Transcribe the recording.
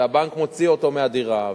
והבנק הוציא אותו מהדירה,